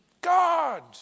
God